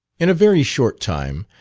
in a very short time,